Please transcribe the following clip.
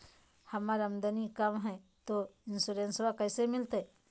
हमर आमदनी कम हय, तो इंसोरेंसबा कैसे मिलते?